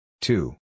Two